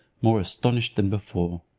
more astonished than before.